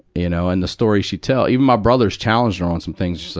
you know, and the stories she tells even my brothers challenged her on some things.